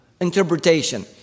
interpretation